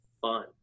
fun